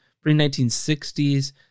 pre-1960s